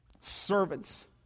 servants